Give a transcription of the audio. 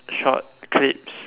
short clips